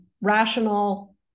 rational